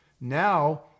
Now